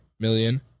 million